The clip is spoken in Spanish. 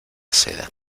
seda